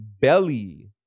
Belly